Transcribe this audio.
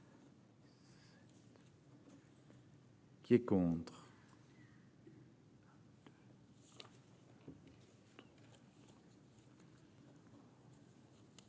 Qui est contre.